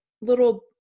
little